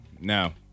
no